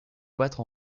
battre